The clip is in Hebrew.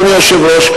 אדוני היושב-ראש,